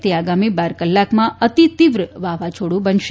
તે આગામી બાર કલાકમાં અતિતીવ્ર વાવાઝોડ઼ ં બનશે